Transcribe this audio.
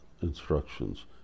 instructions